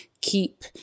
keep